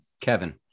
Kevin